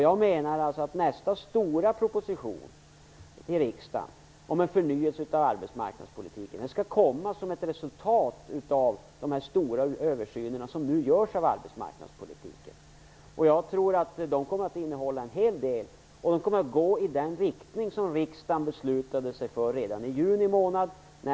Jag menar att nästa stora proposition till riksdagen om en förnyelse av arbetsmarknadspolitiken skall komma som ett resultat av de stora översyner som nu görs av arbetsmarknadspolitiken. Jag tror att utredningarna kommer att innehålla en hel del. De kommer att gå i den riktning som riksdagen beslutade sig för redan i juni månad.